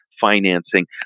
financing